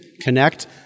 connect